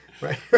Right